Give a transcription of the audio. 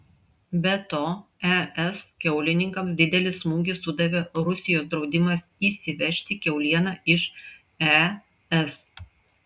be to es kiaulininkams didelį smūgį sudavė rusijos draudimas įsivežti kiaulieną iš es